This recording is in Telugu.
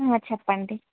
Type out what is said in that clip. చెప్పండి